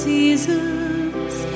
Seasons